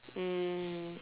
um